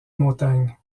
montagne